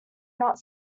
not